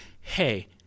Hey